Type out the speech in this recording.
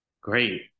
great